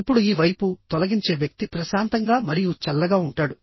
ఇప్పుడు ఈ వైపు తొలగించే వ్యక్తి ప్రశాంతంగా మరియు చల్లగా ఉంటాడు